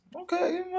okay